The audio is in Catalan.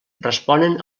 responen